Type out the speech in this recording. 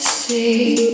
see